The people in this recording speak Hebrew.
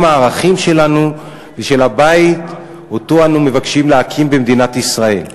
הערכים שלנו ושל הבית שאותו אנו מבקשים להקים במדינת ישראל.